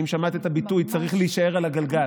האם שמעת את הביטוי: צריך להישאר על הגלגל?